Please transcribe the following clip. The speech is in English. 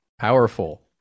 powerful